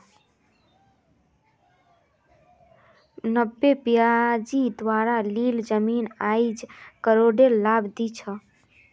नब्बेट पिताजी द्वारा लील जमीन आईज करोडेर लाभ दी छ